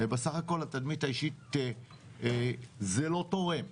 ובסך הכול לתדמית האישית זה לא תורם,